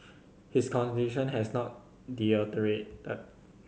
his condition has not deteriorated